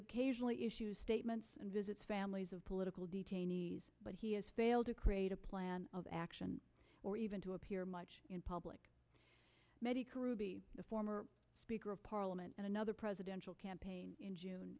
occasionally issues statements and visits families of political detainees but he is baled to create a plan of action or even to appear much in public mehdi karoubi the former speaker of parliament and another presidential campaign in june